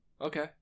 Okay